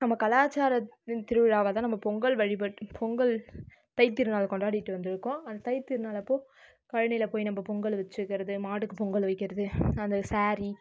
நம்ம கலாச்சாரத்தின் திருவிழாவை தான் பொங்கல் வழிபாட்டு பொங்கல் தை திருநாள் கொண்டாடிகிட்டு வந்து இருக்கோம் தைத்திருநாள் அப்போ கழனியில் போய் நம்ப பொங்கல் வச்சுக்கிறது மாட்டுக்கு பொங்கல் வைக்கறது அந்த சாரி